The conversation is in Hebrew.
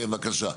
כן בבקשה.